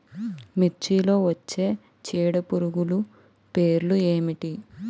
మిర్చిలో వచ్చే చీడపురుగులు పేర్లు ఏమిటి?